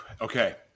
Okay